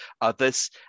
others